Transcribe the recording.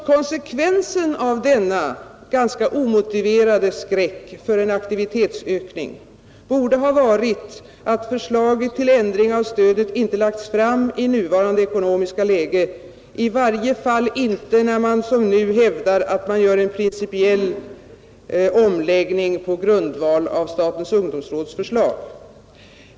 Konsekvensen av denna ganska omotiverade skräck för aktivitetsökning borde ha varit att förslaget till ändring av stödet inte lagts fram i nuvarande ekonomiska läge, i varje fall inte när man som nu hävdar att man gör en principiell omläggning på grundval av statens ungdomsråds förslag.